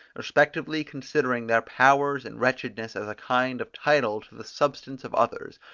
respectively considering their power and wretchedness as a kind of title to the substance of others,